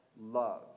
love